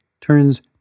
turns